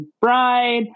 Bride